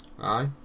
Aye